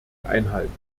einhalten